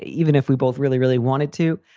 even if we both really, really wanted to,